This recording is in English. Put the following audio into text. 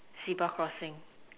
zebra crossing